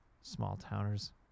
Small-towners